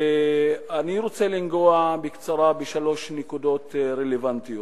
אני רוצה לנגוע בקצרה בשלוש נקודות רלוונטיות.